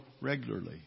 regularly